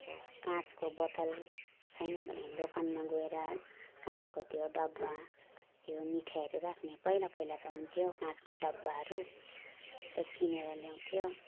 अब काँचको बोतल छैन भने दोकानमा गएर काँचको त्यो डब्बा त्यो मिठाईहरू राख्ने पहिला पहुलाको हुन्थ्यो काँचको डब्बाहरू त्यस्तो किनेर ल्याउँथ्यो